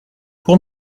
pour